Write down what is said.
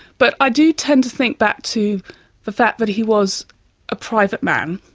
but i do tend to think back to the fact that he was a private man,